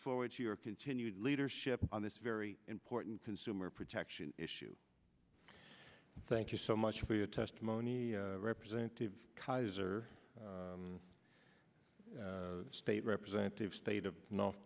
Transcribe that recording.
forward to your continued leadership on this very important consumer protection issue thank you so much for your testimony representative keyser state representative state of north